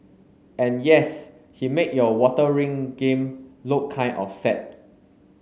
and yes he made your water ring game look kind of sad